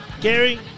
Gary